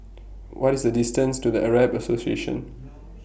What IS The distance to The Arab Association